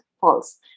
false